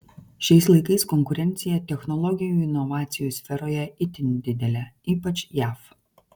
šiais laikais konkurencija technologijų inovacijų sferoje itin didelė ypač jav